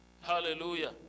hallelujah